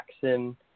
Jackson